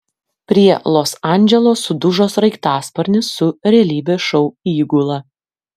prie los andželo sudužo sraigtasparnis su realybės šou įgula